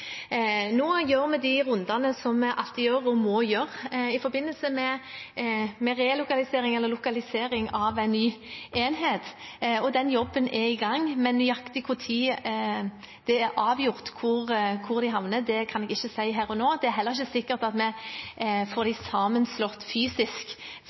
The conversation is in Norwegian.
Nå gjør vi de rundene som vi alltid gjør, og må gjøre, i forbindelse med relokalisering eller lokalisering av en ny enhet. Den jobben er i gang, men nøyaktig når det er avgjort hvor de havner, kan jeg ikke si her og nå. Det er heller ikke sikkert at vi får